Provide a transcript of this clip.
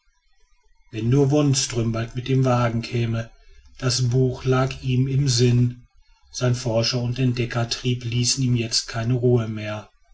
wenn nur wonström bald mit dem wagen käme das buch lag ihm im sinn sein forscher und entdeckertrieb ließ ihm jetzt keine ruhe mehr